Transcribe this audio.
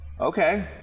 Okay